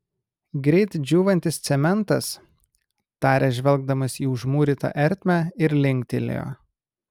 greit džiūvantis cementas tarė žvelgdamas į užmūrytą ertmę ir linktelėjo